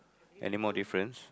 any more difference